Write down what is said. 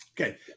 Okay